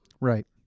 Right